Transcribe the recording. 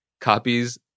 copies